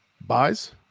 buys